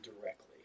directly